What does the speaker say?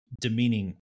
demeaning